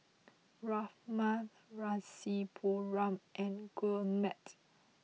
Ramnath Rasipuram and Gurmeet